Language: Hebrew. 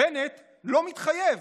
בנט לא מתחייב